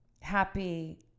happy